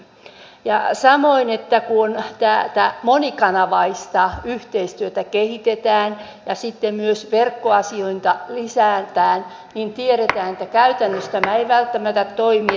ja samoin kun tätä monikanavaista yhteistyötä kehitetään ja sitten myös verkkoasiointia lisätään tiedetään että käytännössä tämä ei välttämättä toimi